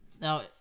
Now